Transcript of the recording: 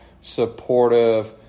supportive